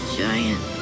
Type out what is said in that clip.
giant